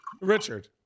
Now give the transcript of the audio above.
Richard